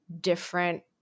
different